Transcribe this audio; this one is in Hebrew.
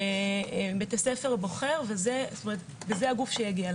בית הספר בוחר, וזה הגוף שיגיע.